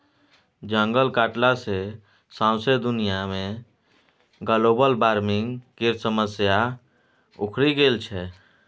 जंगल कटला सँ सौंसे दुनिया मे ग्लोबल बार्मिंग केर समस्या उखरि गेल छै